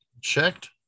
checked